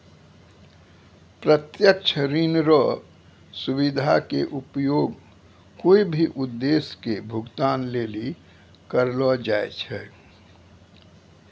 प्रत्यक्ष ऋण रो सुविधा के उपयोग कोय भी उद्देश्य के भुगतान लेली करलो जाय छै